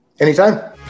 Anytime